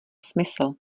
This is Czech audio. smysl